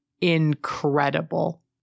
Incredible